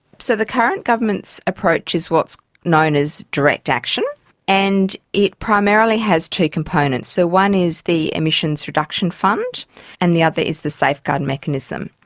so the current government's approach is what is so known as direct action. and it primarily has two components. so one is the emissions reduction fund and the other is the safeguard mechanism.